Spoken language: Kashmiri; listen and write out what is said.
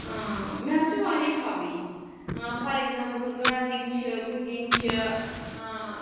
مےٚ حظ چھِ واریاہ ہابیٖز فار اٮ۪کزامپٕل گاڈنِنٛگ چھِ کُکِنٛگ چھِ